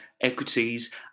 equities